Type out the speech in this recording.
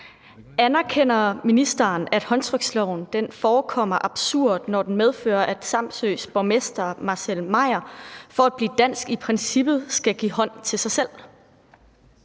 Anerkender ministeren, at håndtryksloven forekommer absurd, når den medfører, at Samsøs borgmester, Marcel Meijer (S), for at blive dansk i princippet skal give hånd til sig selv?